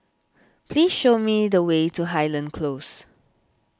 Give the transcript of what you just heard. please show me the way to Highland Close